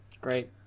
Great